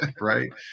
Right